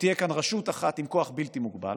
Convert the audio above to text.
שתהיה כאן רשות אחת עם כוח בלתי מוגבל,